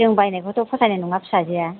जों बायनायखौथ' फसायनाय नङा फिसाजोआ